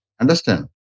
Understand